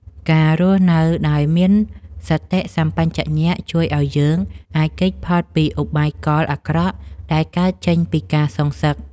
ការរស់នៅដោយមានសតិសម្បជញ្ញៈជួយឱ្យយើងអាចគេចផុតពីឧបាយកលអាក្រក់ដែលកើតចេញពីការសងសឹក។